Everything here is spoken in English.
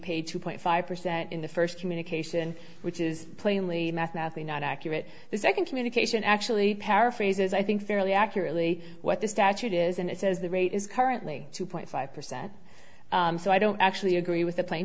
paid two point five percent in the first communication which is plainly mathematically not accurate the second communication actually paraphrases i think fairly accurately what the statute is and it says the rate is currently two point five percent so i don't actually agree with the pla